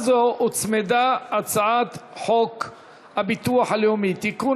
נספחות.] להצעה זו הוצמדה הצעת חוק הביטוח הלאומי (תיקון,